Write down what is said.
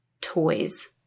toys